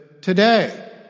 today